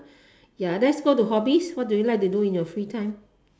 ya let's go to hobbies what do you like to do in your free time